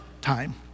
time